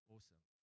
Awesome